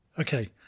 Okay